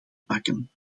pakken